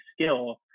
skill